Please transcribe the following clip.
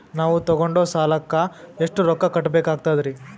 ನಾವು ತೊಗೊಂಡ ಸಾಲಕ್ಕ ಎಷ್ಟು ರೊಕ್ಕ ಕಟ್ಟಬೇಕಾಗ್ತದ್ರೀ?